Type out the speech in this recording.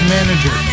Manager